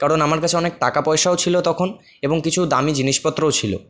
কারণ আমার কাছে অনেক টাকাপয়সাও ছিল তখন এবং কিছু দামি জিনিসপত্রও ছিল